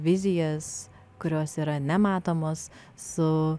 vizijas kurios yra nematomos su